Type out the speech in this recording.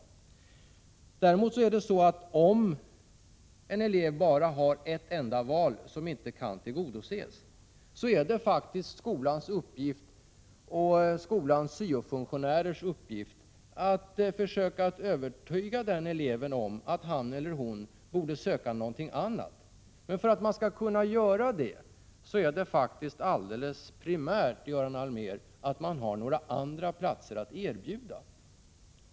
Om däremot en elev bara har ett enda val, som inte kan tillgodoses, är det faktiskt skolans och skolans syo-funktionärers uppgift att försöka övertyga den eleven om att han eller hon borde söka någonting annat. Men för att man skall kunna göra det är det faktiskt alldeles primärt, Göran Allmér, att man har några andra platser att erbjuda.